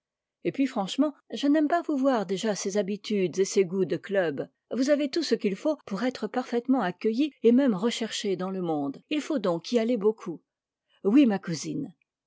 et puis franchement je n'aime pas vous voir déjà ces habitudes et ces goûts de club vous avez tout ce qu'il faut pour être parfaitement accueilli et même recherché dans le monde il faut donc y aller beaucoup oui ma cousine